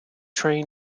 train